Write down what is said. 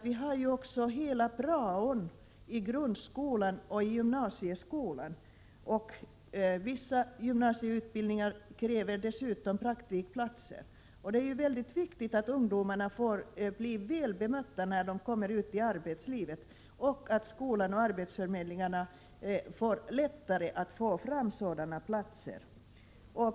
Vi har också praon i grundskolan och gymnasieskolan, och vissa gymnasieutbildningar kräver dessutom praktikplatser. Det är mycket viktigt att ungdomarna blir väl bemötta när de kommer ut i arbetslivet och att skolan och att arbetsförmedlingarna lättare kan få fram sådana platser.